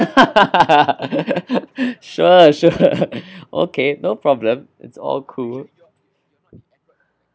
sure sure okay no problem it's all cool